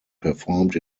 performed